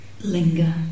Linger